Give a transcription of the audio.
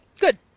Good